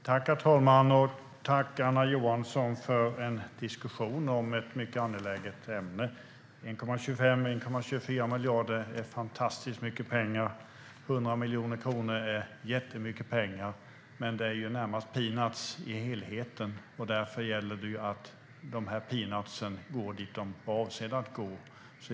Herr talman! Jag tackar Anna Johansson för diskussionen om ett mycket angeläget ämne. 1,25 eller 1,24 miljarder är fantastiskt mycket pengar. Även 100 miljoner kronor är jättemycket pengar, men det är närmast peanuts i helheten. Det gäller dock att de här peanutsen går dit de är avsedda att gå.